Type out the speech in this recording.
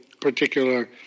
particular